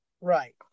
Right